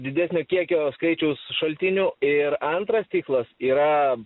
didesnio kiekio skaičius šaltinių ir antras tikslas yra